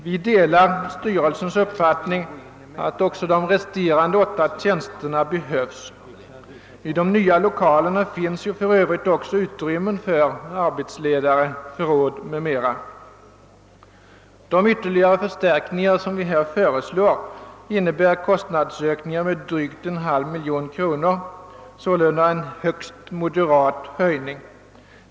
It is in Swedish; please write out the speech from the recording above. Vi delar styrelsens uppfattning att också de resterande åtta tjänsterna behövs. I de nya lokalerna finns ju för övrigt också utrymme för arbetsledare, förråd m.m. De ytterligare förstärkningar som vi här föreslår innebär kostnadsökningar med drygt en halv miljon kronor, sålunda en högst moderat höjning.